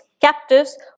captives